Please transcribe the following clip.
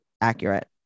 accurate